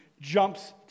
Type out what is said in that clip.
jumps